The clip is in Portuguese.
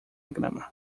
grama